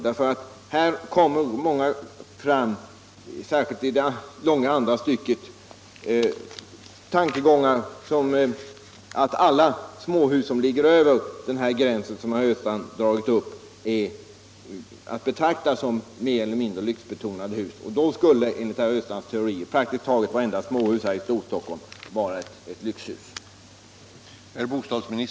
Där kommer nämligen, särskilt i det långa andra stycket, den tankegången fram att alla småhus över den gräns som herr Östrand har dragit upp är att betrakta som mer eller mindre lyxbetonade. I så fall skulle enligt herr Östrands teori praktiskt taget vartenda småhus här i Storstockholm vara ett lyxhus.